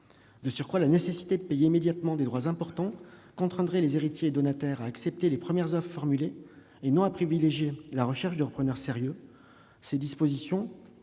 De surcroît, la nécessité de payer immédiatement des droits importants contraindrait les héritiers et donataires à accepter les premières offres formulées et non à privilégier la recherche de repreneurs sérieux. Ces dispositions